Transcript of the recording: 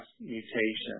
mutations